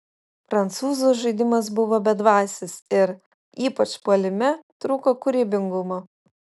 prancūzų žaidimas buvo bedvasis ir ypač puolime trūko kūrybingumo